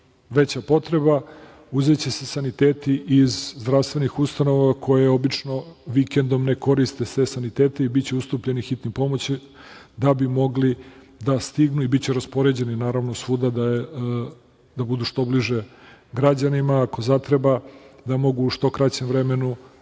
veća potreba. Uzeće se saniteti iz zdravstvenih ustanova koje obično vikendom ne koriste, sve sanitete i biće ustupljeni Hitnoj pomoći, da bi mogli da stignu i biće raspoređeni, naravno, svuda da budu što bliže građanima, ako zatreba da mogu u što kraćem vremenu